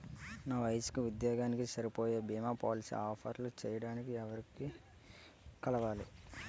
నా వయసుకి, ఉద్యోగానికి సరిపోయే భీమా పోలసీ అప్లయ్ చేయటానికి ఎవరిని కలవాలి?